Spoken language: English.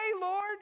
Lord